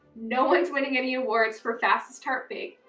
no one's winning any awards for fastest tart baked,